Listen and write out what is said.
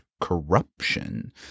corruption